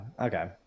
okay